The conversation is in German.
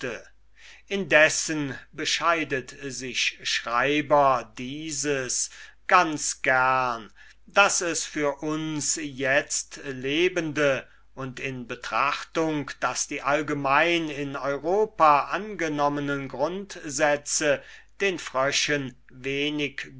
indessen bescheidet sich schreiber dieses ganz gerne daß es für uns itztlebende und in betrachtung daß die allgemein in europa angenommenen grundsätze den fröschen wenig